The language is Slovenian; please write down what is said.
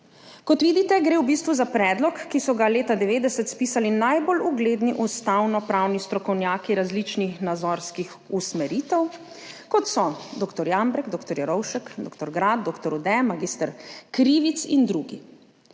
Kot vidite, gre v bistvu za predlog, ki so ga leta 1990 spisali najbolj ugledni ustavnopravni strokovnjaki različnih nazorskih usmeritev, kot so dr. Jambrek, dr. Jerovšek, dr. Grad, dr. Ude, mag. Krivic in drugi.